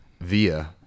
via